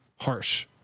harsh